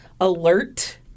alert